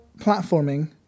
platforming